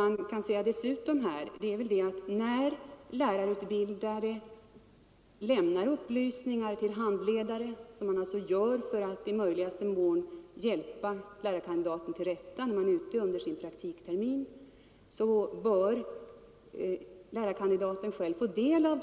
Jag vill tillägga att när lärarutbildare lämnar upplysningar till handledare — vilket de gör för att i möjligaste mån hjälpa lärarkandidater till rätta när vederbörande är ute under sin praktiktermin — bör lärarkandidaten själv få del av